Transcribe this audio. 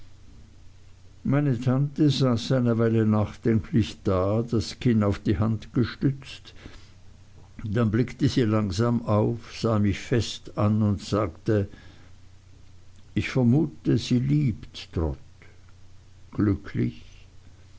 meine tante saß eine weile nachdenklich da das kinn auf die hand gestützt dann blickte sie langsam auf sah mich fest an und sagte ich vermute sie liebt trot glücklich